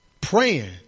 praying